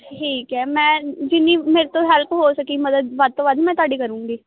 ਠੀਕ ਐ ਮੈਂ ਜਿੰਨੀ ਮੇਰੇ ਤੋਂ ਹੈਲਪ ਹੋ ਸਕੀ ਮਦਦ ਵੱਧ ਤੋਂ ਵੱਧ ਮੈਂ ਤੁਹਾਡੀ ਕਰੂੰਗੀ